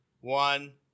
one